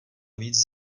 víc